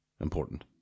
important